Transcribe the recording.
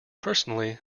personally